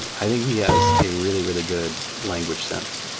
i think he has a really really good language sense.